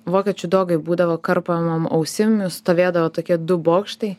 vokiečių dogai būdavo karpomom ausim stovėdavo tokie du bokštai